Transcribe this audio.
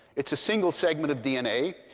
it's a single segment of dna.